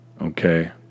Okay